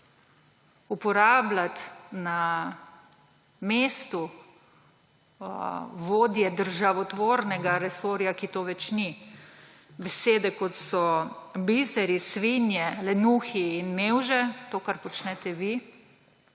Uporabljati na mestu vodje državotvornega resorja, ki to več ni, besede, kot so biseri, svinje, lenuhi in mevže, to, kar počnete vi,